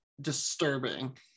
disturbing